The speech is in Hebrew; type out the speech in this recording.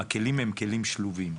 הכלים הם כלים שלובים.